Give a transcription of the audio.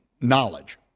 knowledge